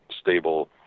stable